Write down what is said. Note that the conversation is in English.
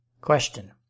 Question